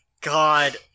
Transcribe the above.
God